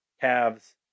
calves